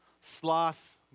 sloth